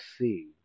see